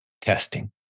testing